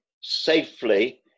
safely